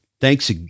thanks